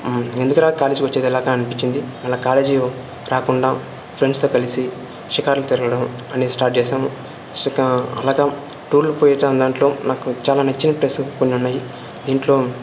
ఎందుకురా కాలేజ్ కొచ్చేది ఇలాగ అనిపిచ్చింది మళ్ళీ కాలేజు రాకుండా ఫ్రెండ్స్తో కలిసి షికార్లు తిరగడం అన్ని స్టార్ట్ చేశాము షికా అలాగా టూర్లు పోయేటాను దాంట్లో నాకు నచ్చిన ప్లేస్లు కొన్నివున్నాయి దీంట్లో